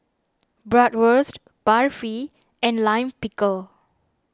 Bratwurst Barfi and Lime Pickle